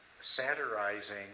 satirizing